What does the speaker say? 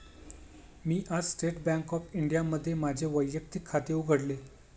मी आज state bank of इंडियामध्ये माझे वैयक्तिक खाते उघडले